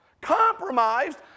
Compromised